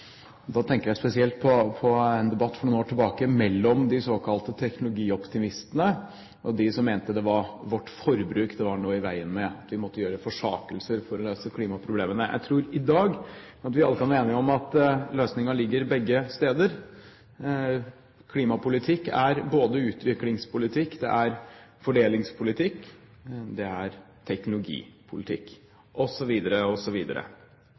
Da tenker jeg spesielt på en debatt for noen år tilbake mellom de såkalte teknologioptimistene og dem som mente det var vårt forbruk det var noe i veien med, og at vi måtte gjøre forsakelser for å løse klimaproblemene. Jeg tror i dag at vi alle kan være enige om at løsningen ligger begge steder. Klimapolitikk er både utviklingspolitikk, fordelingspolitikk, teknologipolitikk osv. osv. At teknologien spiller en helt avgjørende rolle i det å nå våre klimamål, er det